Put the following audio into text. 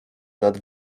nad